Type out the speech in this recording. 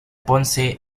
ponce